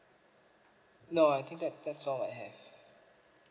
no I think that that's all I have